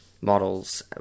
models